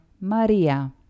Maria